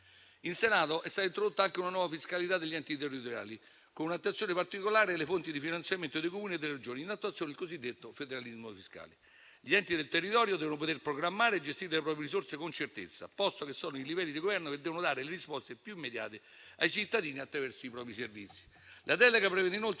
In Senato è stata introdotta anche una nuova fiscalità degli enti territoriali, con un'attenzione particolare alle fonti di finanziamento dei Comuni e delle Regioni, in attuazione del cosiddetto federalismo fiscale. Gli enti del territorio devono poter programmare e gestire le proprie risorse con certezza, posto che sono i livelli di governo che devono dare le risposte più immediate ai cittadini attraverso i propri servizi. La delega prevede inoltre